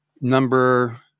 number